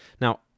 Now